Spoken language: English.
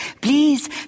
Please